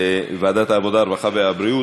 הרווחה והבריאות.